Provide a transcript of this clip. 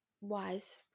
wise